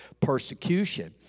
persecution